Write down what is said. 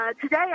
today